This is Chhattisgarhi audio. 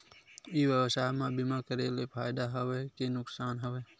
ई व्यवसाय म बीमा करे ले फ़ायदा हवय के नुकसान हवय?